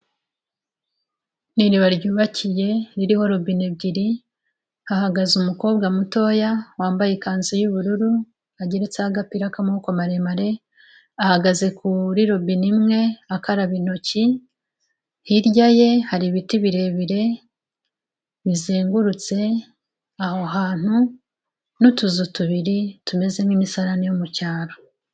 Ni iriba ryubakiye ririho robine ebyiri, hagaze umukobwa mutoya wambaye ikanzu y'ubururu ageretseho agapira k'amaboko maremare, ahagaze kuri robine imwe akaraba intoki, hirya ye hari ibiti birebire, bizengurutse aho hantu n'utuzu tubiri tumeze nk'imisarane yo mu cyaro.